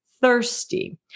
thirsty